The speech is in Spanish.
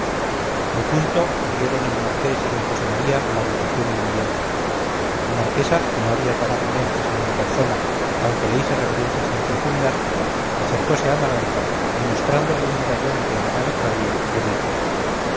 al punto corrieron el marqués y d josé maría a la habitación inmediata la marquesa que no había parado mientes en mi persona aunque le hice reverencias muy profundas acercose a amaranta y mostrándole un medallón que en la mano traía le dijo